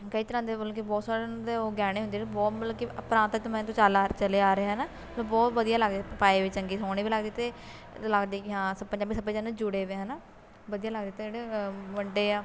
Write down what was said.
ਕਈ ਤਰ੍ਹਾਂ ਦੇ ਮਤਲਬ ਕਿ ਬਹੁਤ ਸਾਰਿਆਂ ਦੇ ਉਹ ਗਹਿਣੇ ਹੁੰਦੇ ਨੇ ਬਹੁਤ ਮਤਲਬ ਕਿ ਪ੍ਰਾਂਤ ਸਮੇਂ ਤੋਂ ਚਾਲਾ ਚਲਿਆ ਆ ਰਿਹਾ ਹੈ ਨਾ ਬਹੁਤ ਵਧੀਆ ਲੱਗਦੇ ਪਾਏ ਚੰਗੇ ਸੋਹਣੇ ਵੀ ਲੱਗਦੇ ਅਤੇ ਲੱਗਦੇ ਵੀ ਹਾਂ ਸ ਪੰਜਾਬੀ ਸੱਭਿਆਚਾਰ ਨਾਲ ਜੁੜੇਵੇ ਹੈ ਨਾ ਵਧੀਆ ਲੱਗਦੇ ਜਿਹੜੇ ਵ ਵੰਡੇ ਆ